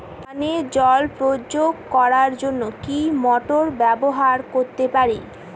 ধানে জল প্রয়োগ করার জন্য কি মোটর ব্যবহার করতে পারি?